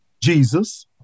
Jesus